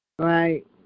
Right